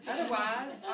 Otherwise